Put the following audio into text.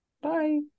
bye